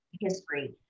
history